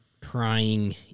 prying